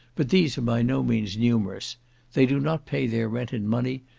but these are by no means numerous they do not pay their rent in money,